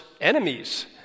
enemies